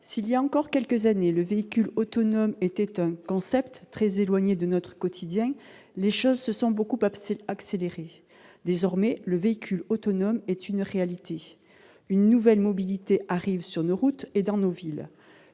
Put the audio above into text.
voilà encore quelques années, le véhicule autonome était encore un concept très éloigné de notre quotidien, les choses se sont beaucoup accélérées depuis : désormais, le véhicule autonome est une réalité. Une nouvelle solution de mobilité arrive sur nos routes et dans nos villes,